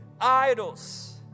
idols